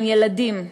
הם ילדים,